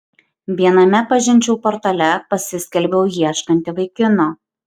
viename pažinčių portale pasiskelbiau ieškanti vaikino